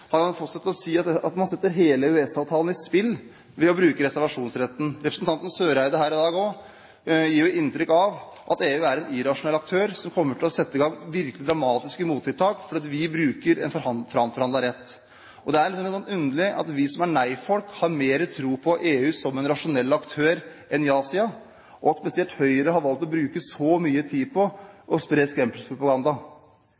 har fått seg til å si at man setter hele EØS-avtalen i spill ved å bruke reservasjonsretten. Representanten Eriksen Søreide har i dag også gitt inntrykk av at EU er en irrasjonell aktør som kommer til å sette i gang virkelig dramatiske mottiltak fordi vi bruker en framforhandlet rett. Det er litt underlig at vi som er nei-folk, har mer tro på EU som en rasjonell aktør enn ja-siden, og at spesielt Høyre har valgt å bruke så mye tid